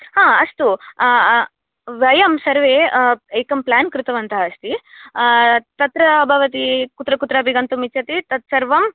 हा अस्तु वयं सर्वे एकं प्लान् कृतवन्तः अस्ति तत्र भवती कुत्र कुत्रापि गन्तुं इच्छति तत् सर्वं